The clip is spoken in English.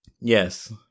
Yes